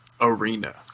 Arena